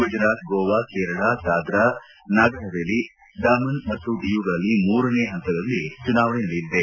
ಗುಜರಾತ್ ಗೋವಾ ಕೇರಳ ದಾದ್ರಾ ನಗರ್ ಪವೇಲಿ ಡಮನ್ ಮತ್ತು ಡಿಯುಗಳಲ್ಲಿ ಮೂರನೇ ಪಂತದಲ್ಲಿ ಚುನಾವಣೆ ನಡೆಯಲಿದೆ